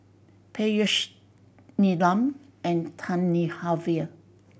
Peyush Neelam and Thamizhavel